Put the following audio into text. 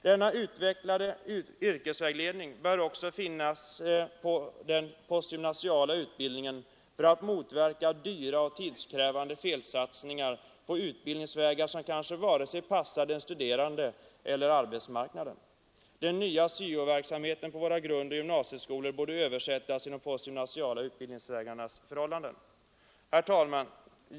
Denna utvecklade yrkesvägledning bör också finnas under den postgymnasiala utbildningen, för att motverka dyra och tidskrävande felsatsningar på utbildningsvägar som kanske inte passar vare sig den studerande eller arbetsmarknaden. Den nya syo-verksamheten i våra grundoch gymnasieskolor borde ”översättas” till de postgymnasiala utbildningsvägarnas förhållanden. Herr talman!